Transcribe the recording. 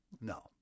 No